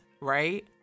right